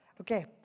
Okay